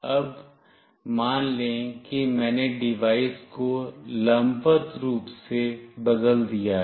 अब मान लें कि मैंने डिवाइस को लंबवत रूप से बदल दिया है